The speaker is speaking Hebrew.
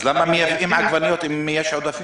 למה מייבאים עגבניות אם יש עודפים?